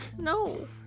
No